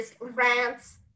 rants